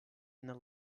the